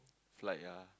flight ah